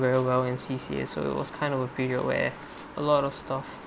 very well in C_C_A so it was kind of a period where a lot of stuff